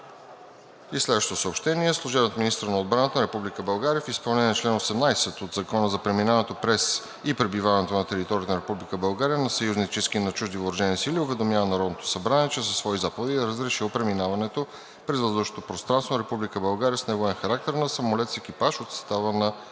И следващото съобщение: „1. Служебният министър на отбраната на Република България в изпълнение на чл. 18 от Закона за преминаването през и пребиваването на територията на Република България на съюзнически и на чужди въоръжени сили уведомява Народното събрание, че със свои заповеди е разрешил преминаването през въздушното пространство на Република България с невоенен характер на самолет с екипаж от състава на